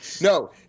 no